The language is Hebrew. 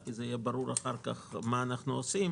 כי אז יהיה ברור אחר כך מה אנחנו עושים